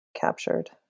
captured